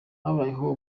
habayeho